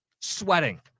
sweating